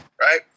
right